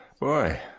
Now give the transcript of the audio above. Boy